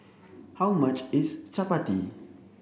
how much is Chapati